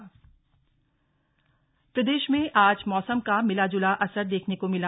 मौसम प्रदेश में आज मौसम का मिला जुला असर देखने को मिला